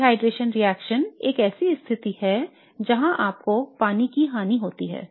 निर्जलीकरण रिएक्शन एक ऐसी स्थिति है जहां आपको पानी की हानि होती है